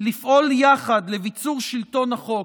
לפעול יחד לביצור שלטון החוק,